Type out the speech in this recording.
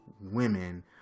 women